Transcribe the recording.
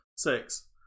Six